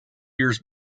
years